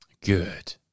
Good